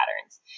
patterns